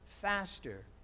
faster